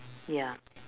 ya